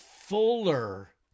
fuller